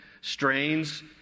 strains